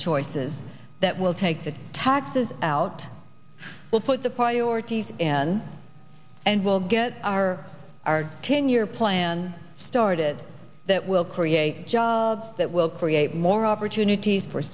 choices that will take the taxes out we'll put the priorities in and we'll get our our ten year plan started that will create jobs that will create more opportunities for